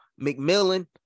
McMillan